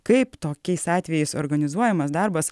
kaip tokiais atvejais organizuojamas darbas